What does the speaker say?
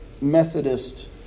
Methodist